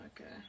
Okay